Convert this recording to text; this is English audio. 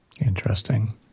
Interesting